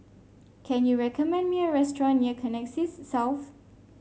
can you recommend me a restaurant near Connexis South